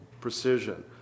precision